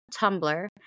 Tumblr